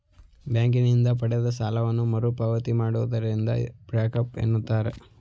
ಬ್ಯಾಂಕಿನಿಂದ ಪಡೆದ ಸಾಲವನ್ನು ಮರುಪಾವತಿ ಮಾಡದಿರುವುದನ್ನು ಬ್ಯಾಂಕ್ರಫ್ಟ ಎನ್ನುತ್ತಾರೆ